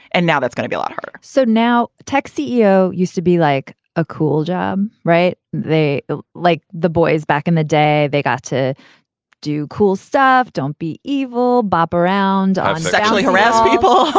and now that's gonna be a lot harder so now tech ceo used to be like a cool job. right. they like the boys back in the day. they got to do cool stuff. don't be evil, bop around, um sexually harass people,